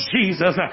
Jesus